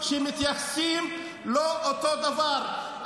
מתייחסים לא אותו דבר.